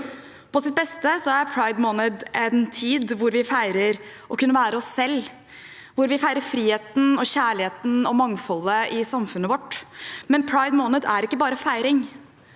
På sitt beste er pridemåned en tid hvor vi feirer å kunne være oss selv, hvor vi feirer friheten, kjærligheten og mangfoldet i samfunnet vårt, men pridemåned er ikke bare feiring.